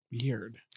Weird